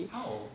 how